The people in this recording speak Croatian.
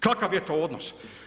Kakav je to odnos?